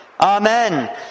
Amen